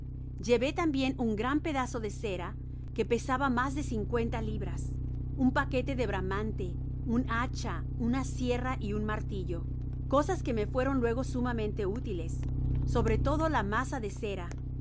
llevé tambien un gran pedazo de cera que pesaba mas de cincuenta libras un paquete de bramante un hacha una sierra y un martillo cosas que me fueron luego sumamente útiles sobre todo la masa de cera